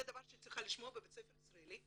זה דבר שהיא צריכה לשמוע בבית ספר ישראלי?